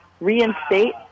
reinstate